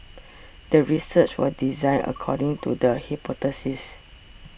the research was designed according to the hypothesis